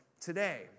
today